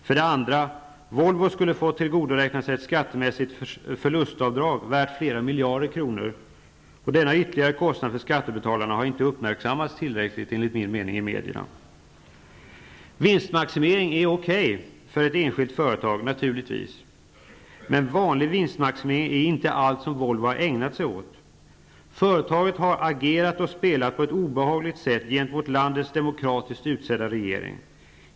För det andra: Volvo skulle fått tillgodoräkna sig ett skattemässigt förlustavdrag värt flera miljarder kronor. Denna ytterligare kostnad för skattebetalarna har inte uppmärksammats tillräckligt i media. Vinstmaximering är okej för ett enskilt företag, naturligtvis, men vanlig vinstmaximering är inte allt som Volvo har ägnat sig åt. Företaget har agerat och spelat på ett obehagligt sätt gentemot landets demokratiskt utsedda regering.